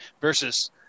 versus